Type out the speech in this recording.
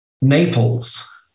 Naples